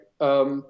Right